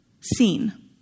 Seen